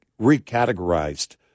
recategorized